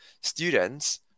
students